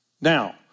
now